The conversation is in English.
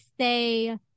say